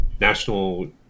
national